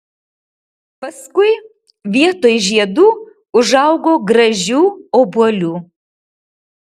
paskui vietoj žiedų užaugo gražių obuolių